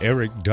Eric